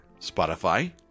Spotify